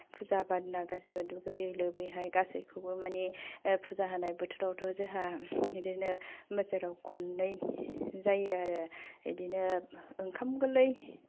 फुजा बार दिना गासैबो दुगैयै लोबैहाय गासैखौबो माने फुजा होनाय बोथोरावथ' जोंहा बिदिनो बोसोराव खननै जायो आरो बिदिनो ओंखाम गोरलै